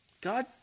God